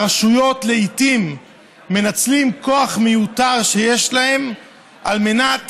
שהרשויות לעיתים מנצלות כוח מיותר שיש להן על מנת